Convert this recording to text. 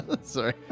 Sorry